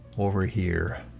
over here